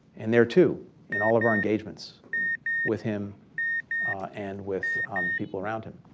and there too in all of our engagements with him and with the people around him,